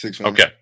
Okay